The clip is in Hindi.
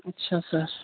अच्छा सर